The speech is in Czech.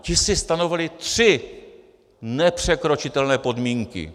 Ti si stanovili tři nepřekročitelné podmínky.